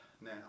now